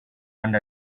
and